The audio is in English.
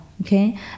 okay